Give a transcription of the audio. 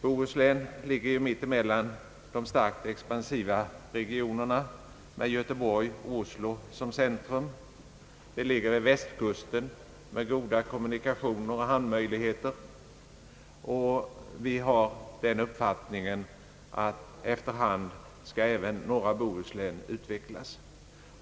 Bohuslän ligger mitt emellan två starkt expansiva regioner med Göteborg och Oslo som centra. Länets läge vid västkusten med goda hamnar och möjligheter till kommunikationer över haven talar för att efter hand även norra Bohuslän kommer att utvecklas.